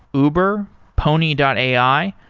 uber, pony and ai,